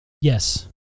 yes